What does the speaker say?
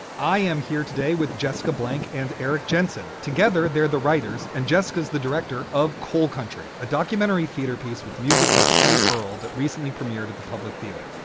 i am here today with jessica blank and eric jensen. together, they're the writers and jessica's the director of coal country, a documentary theatre piece with music by steve earle that recently premiered at the public theater.